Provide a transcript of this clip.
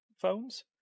phones